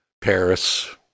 Paris